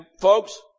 folks